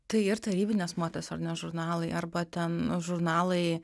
tai ir tarybinės motes ar ne žurnalai arba ten žurnalai